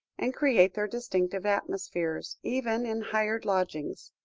and create their distinctive atmospheres, even in hired lodgings.